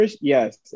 yes